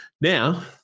now